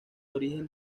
origen